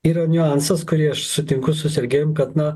yra niuansas kurį aš sutinku su sergejumi kad na